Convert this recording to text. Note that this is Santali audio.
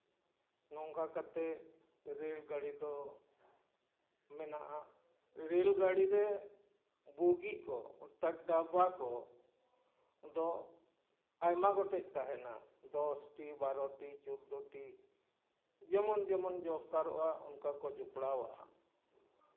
ᱱᱚᱝᱠᱟ ᱠᱟᱛᱮᱜ ᱨᱮᱹᱞ ᱜᱟᱹᱲᱤ ᱫᱚ ᱢᱮᱱᱟᱜᱼᱟ ᱨᱮᱹᱞ ᱜᱟᱹᱲᱤ ᱨᱮ ᱵᱩᱜᱤ ᱠᱚ ᱚᱨᱛᱷᱟᱛ ᱰᱟᱵᱽᱵᱟ ᱠᱚ ᱫᱚ ᱟᱭᱢᱟ ᱜᱚᱴᱮᱡ ᱛᱟᱦᱮᱱᱟ ᱫᱚᱥᱴᱤ ᱵᱟᱨᱚᱴᱤ ᱪᱳᱫᱽᱫᱳᱴᱤ ᱡᱮᱢᱚᱱ ᱡᱮᱢᱚᱱ ᱫᱚᱨᱠᱟᱨᱚᱜᱼᱟ ᱚᱱᱠᱟ ᱠᱚ ᱡᱚᱯᱲᱟᱣᱚᱜᱼᱟ